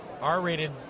R-rated